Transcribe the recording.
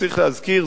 צריך להזכיר,